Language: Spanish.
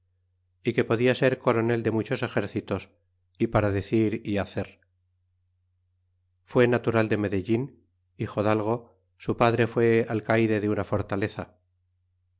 y que podia ser coronel de muchos exércitoi y para decir y hacer fué natural de medellin hijodalgo su padre fué alcayde de una fortaleza